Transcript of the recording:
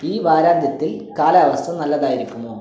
ഈ വാരാന്ത്യത്തിൽ കാലാവസ്ഥ നല്ലതായിരിക്കുമോ